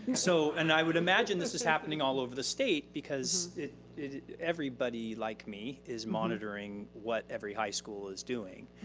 so and i would imagine this is happening all over the state because everybody like me is monitoring what every high school is doing.